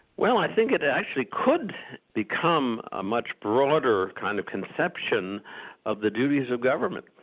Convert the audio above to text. well i think it actually could become a much broader kind of conception of the duties of government,